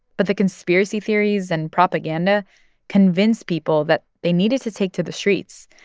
but the conspiracy theories and propaganda convinced people that they needed to take to the streets.